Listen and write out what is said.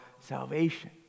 salvation